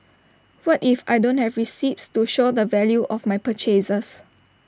what if I don't have receipts to show the value of my purchases